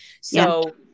So-